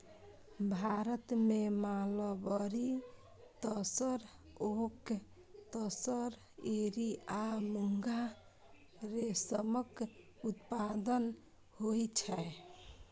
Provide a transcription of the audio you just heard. भारत मे mulberry, tasar, oak tasar, eri आ मूंगा रेशमक उत्पादन होइ छै